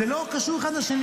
זה לא קשור אחד לשני.